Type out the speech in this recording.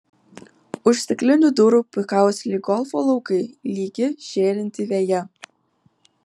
už stiklinių durų puikavosi lyg golfo laukai lygi žėrinti veja